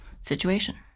situation